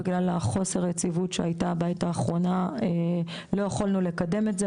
בגלל חוסר היציבות שהייתה בעת האחרונה לא יכולנו לקדם את זה,